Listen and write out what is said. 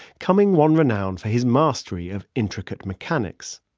cumming won renown for his mastery of intricate mechanics.